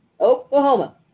Oklahoma